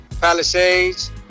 Palisades